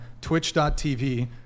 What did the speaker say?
twitch.tv